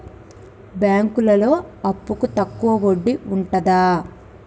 బ్యాంకులలో అప్పుకు తక్కువ వడ్డీ ఉంటదా?